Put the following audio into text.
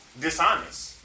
dishonest